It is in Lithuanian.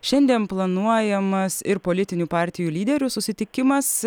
šiandien planuojamas ir politinių partijų lyderių susitikimas